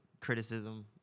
criticism